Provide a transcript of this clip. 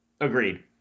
Agreed